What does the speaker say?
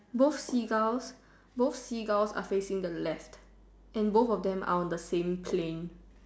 both seagulls both seagulls are facing the left and both of them are on the same plane